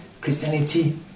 Christianity